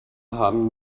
haben